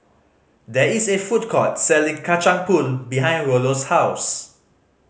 there is a food court selling Kacang Pool behind Rollo's house